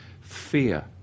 Fear